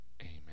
Amen